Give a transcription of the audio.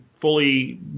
fully